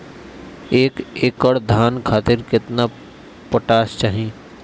एक एकड़ धान खातिर केतना पोटाश चाही?